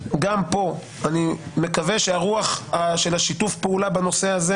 גם פה אני מקווה שהרוח של שיתוף הפעולה בנושא הזה